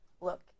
look